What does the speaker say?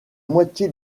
moitié